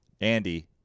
Andy